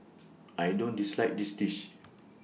I don't dislike this dish